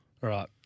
Right